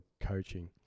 Coaching